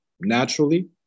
naturally